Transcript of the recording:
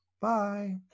Bye